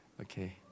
Okay